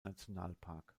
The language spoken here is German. nationalpark